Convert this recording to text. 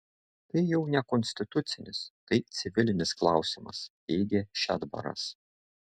tai jau ne konstitucinis tai civilinis klausimas teigė šedbaras